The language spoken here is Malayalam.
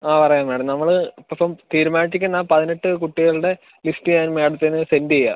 ആ പറയാം മാഡം നമ്മൾ ഇപ്പം തീരുമാനിച്ചിരിക്കുന്നത് ആ പതിനെട്ട് കുട്ടികളുടെ ലിസ്റ്റ് ഞാൻ മാഡത്തിന് സെൻഡ് ചെയ്യാം